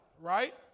right